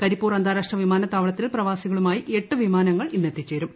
കരിപ്പൂർ അന്താരാഷ്ട്ര വിമാനത്താവളത്തിൽ പ്രിപ്പാ്സികളുമായി എട്ട് വിമാനങ്ങളാണ് ഇന്ന് എത്തിച്ചേരുന്നത്